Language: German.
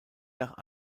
nach